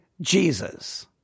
Jesus